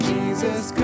Jesus